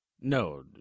No